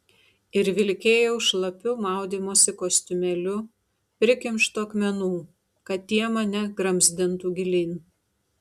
ir vilkėjau šlapiu maudymosi kostiumėliu prikimštu akmenų kad tie mane gramzdintų gilyn